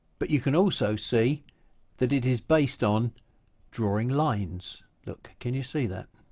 but you can also see that it is based on drawing lines, look can you see that